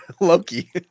Loki